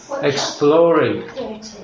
exploring